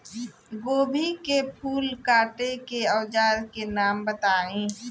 गोभी के फूल काटे के औज़ार के नाम बताई?